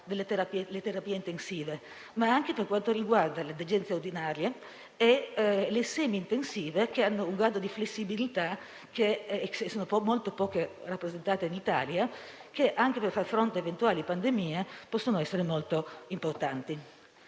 le terapie intensive, ma anche le degenze ordinarie e le semi-intensive, che hanno un certo grado di flessibilità e sono molto poco rappresentate in Italia, ma per far fronte a eventuali pandemie possono essere molto importanti.